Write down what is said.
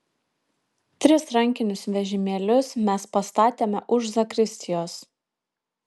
tris rankinius vežimėlius mes pastatėme už zakristijos